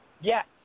Yes